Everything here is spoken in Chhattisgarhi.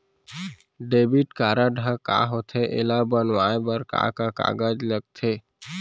डेबिट कारड ह का होथे एला बनवाए बर का का कागज लगथे?